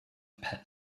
pet